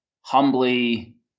humbly